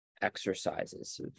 Exercises